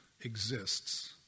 exists